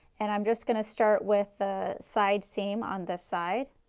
and i am just going to start with ah side seam on this side